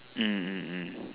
mm mm mm